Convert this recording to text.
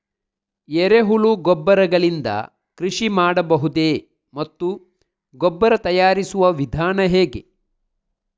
ಎರೆಹುಳು ಗೊಬ್ಬರ ಗಳಿಂದ ಕೃಷಿ ಮಾಡಬಹುದೇ ಮತ್ತು ಗೊಬ್ಬರ ತಯಾರಿಸುವ ವಿಧಾನ ಹೇಗೆ?